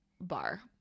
bar